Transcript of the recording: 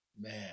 man